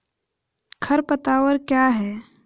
खरपतवार क्या है?